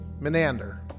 Menander